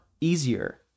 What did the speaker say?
easier